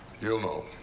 you'll know.